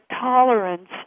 tolerance